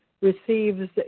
receives